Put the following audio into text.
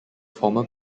former